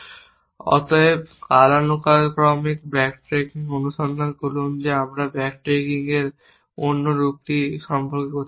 অতএব কালানুক্রমিক ব্যাকট্র্যাকিং অনুসন্ধান করুন যে আমরা ব্যাকট্র্যাকিংয়ের এই অন্য রূপটি সম্পর্কে কথা বলেছি